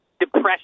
depression